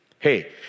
Hey